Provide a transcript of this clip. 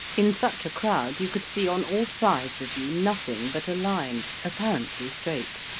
in such a crowd you could see on all sides of you nothing but a line, apparently straight,